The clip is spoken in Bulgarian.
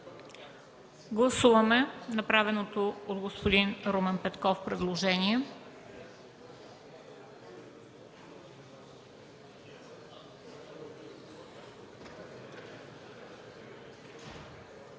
Гласуваме направеното от господин Румен Петков предложение.